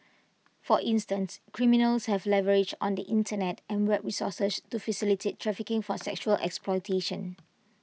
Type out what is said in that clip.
for instance criminals have leverage on the Internet and web resources to facilitate trafficking for sexual exploitation